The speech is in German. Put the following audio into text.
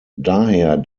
daher